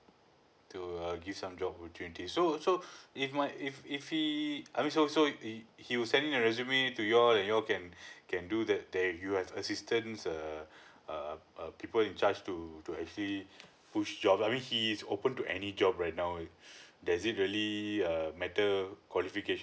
to uh give some job opportunity so so he he will send in a resume to you all and you all can can do the there you have assistance err err uh people in charge to to actually pushed job I mean he is open to any job right now does is it really err matter qualification